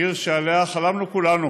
עיר שעליה חלמנו כולנו,